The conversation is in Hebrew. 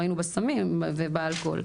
ראינו בסמים ובאלכוהול,